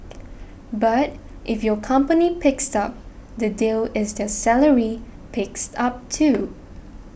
but if your company picks up the deal is their salary picks up too